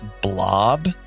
blob